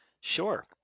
Sure